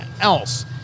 else